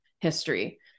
history